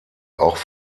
auch